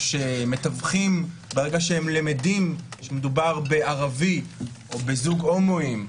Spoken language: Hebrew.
או שברגע שמתווכים למדים שמדובר בערבי או בזוג הומואים,